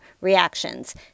reactions